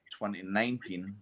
2019